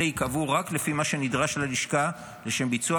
אלו ייקבעו רק לפי מה שנדרש ללשכה לשם ביצוע